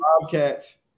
Bobcats